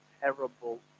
terrible